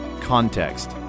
context